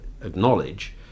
acknowledge